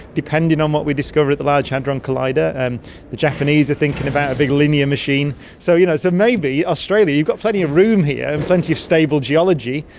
depending on what we discover at the large hadron collider. and the japanese are thinking about a big linear machine. so you know so maybe australia, you've got plenty of room here and plenty of stable geology,